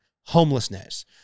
Homelessness